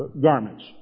garments